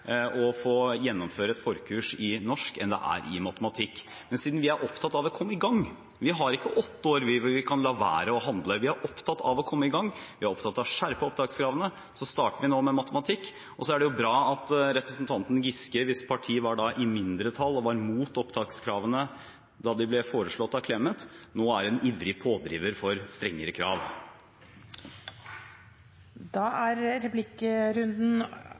å få gjennomført et forkurs i norsk enn det er i matematikk. Men siden vi er opptatt av å komme i gang – vi har ikke åtte år der vi kan la være å handle, vi er opptatt av å komme i gang, vi er opptatt av å skjerpe opptakskravene – så starter vi med matematikk nå. Det er bra at representanten Giskes parti, som var i mindretall og imot opptakskravene da de ble foreslått av tidligere statsråd Clemet, nå er en ivrig pådriver for strengere